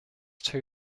two